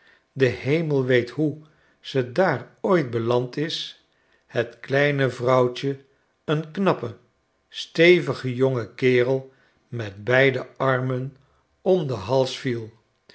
de hemel weet hoe ze daar ooit beland is het kleine vrouwtje een knappen stevigen jongen kerel met beide armen om den hals viel